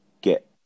get